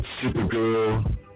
Supergirl